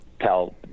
tell